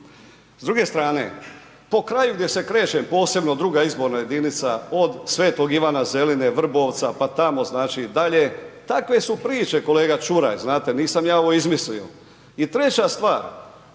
S druge strane, po kraju gdje se krećem, posebno 2. izborna jedinica od Svetog Ivana Zeline, Vrbovca pa tamo dalje takve su priče kolega Čuraj, znate, nisam ja ovo izmislio. I treća stvar,